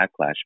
backlash